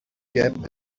gap